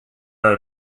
are